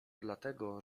dlatego